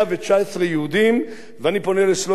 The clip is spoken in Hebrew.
אני פונה לשלומי לנגר שיפנה לליכוד,